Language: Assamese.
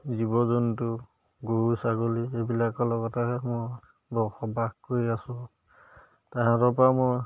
জীৱ জন্তু গৰু ছাগলী এইবিলাকৰ লগতেহে মই বসবাস কৰি আছোঁ তাহাঁতৰ পৰা মই